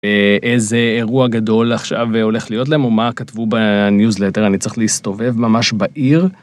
איזה אירוע גדול עכשיו הולך להיות להם או מה כתבו בניוזלטר אני צריך להסתובב ממש בעיר.